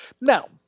Now